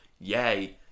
Yay